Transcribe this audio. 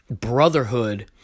brotherhood